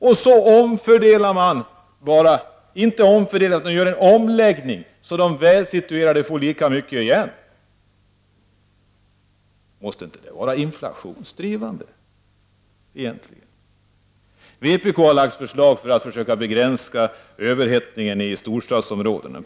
Ändå omfördelar man inte utan gör bara en omläggning som innebär att de välsituerade får lika mycket som förut. Måste inte detta vara inflationsdrivande? Vpk har lagt fram förslag för att försöka begränsa överhettningen i storstadsområdena.